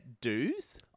dues